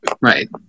Right